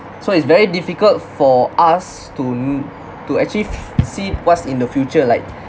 so it's very difficult for us to n~ to actually f~ see what's in the future like